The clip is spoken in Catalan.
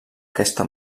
aquesta